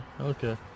Okay